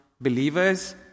believers